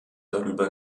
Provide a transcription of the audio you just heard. darüber